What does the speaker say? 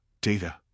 data